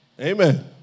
Amen